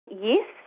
Yes